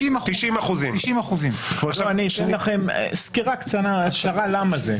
90%. 90%. אני אתן לכם סקירה קטנה להשערה למה זה.